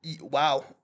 wow